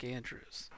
Andrews